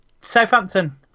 Southampton